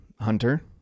hunter